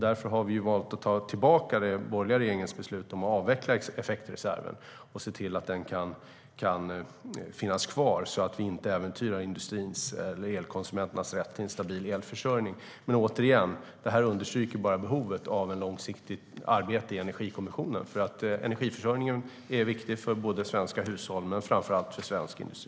Därför har vi valt att dra tillbaka den borgerliga regeringens beslut att avveckla effektreserven och i stället se till att den kan finnas kvar så att vi inte äventyrar industrins och andra elkonsumenters rätt till stabil elförsörjning. Det här understryker behovet av ett långsiktigt arbete i Energikommissionen. Energiförsörjningen är viktig för svenska hushåll och framför allt för svensk industri.